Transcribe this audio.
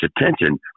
attention